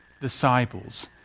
disciples